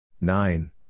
Nine